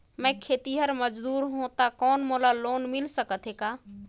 मैं खेतिहर मजदूर हों ता कौन मोला लोन मिल सकत हे का?